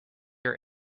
are